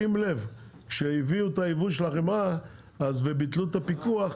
שים לב כשהביאו את היבוא של החמאה וביטלו את הפיקוח,